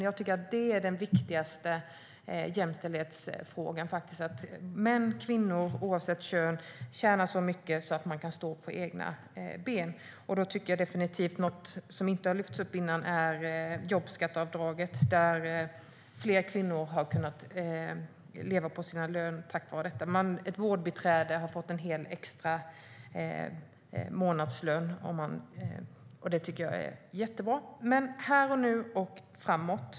Jag tycker att det är den viktigaste jämställdhetsfrågan, att man oavsett kön tjänar så mycket att man kan stå på egna ben. Något som inte har lyfts upp tidigare är jobbskatteavdraget. Fler kvinnor har kunnat leva på sin lön tack vare det. Ett vårdbiträde har fått en hel extra månadslön, och det tycker jag är jättebra. Men åter till här och nu och framåt.